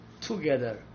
together